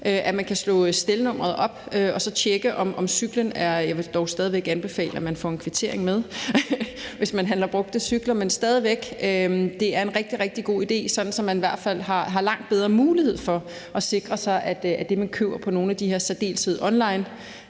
at man kan slå stelnummeret op og så tjekke, om cyklen er stjålet. Jeg vil dog stadig væk anbefale, at man får en kvittering med, hvis man handler brugte cykler, men stadig væk er det en rigtig, rigtig god ide, sådan så man hvert fald har langt bedre mulighed for at sikre sig, at det, man køber på nogle af de her onlineplatforme,